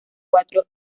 cuatro